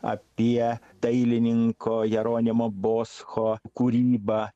apie dailininko jeronimo boscho kūrybą